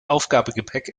aufgabegepäck